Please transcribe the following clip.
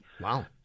Wow